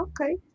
Okay